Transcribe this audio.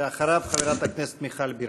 אדוני, ואחריו, חברת הכנסת מיכל בירן.